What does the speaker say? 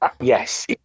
Yes